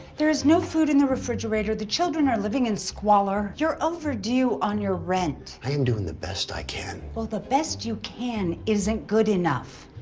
there is no food in the refrigerator, the children are living in squalor, you're overdue on your rent. i am doing the best i can. well the best you can isn't good enough.